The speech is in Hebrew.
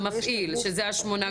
המפעיל, שזה השמונה גופים.